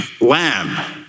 lamb